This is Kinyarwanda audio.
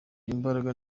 imbaraga